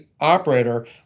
operator